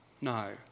No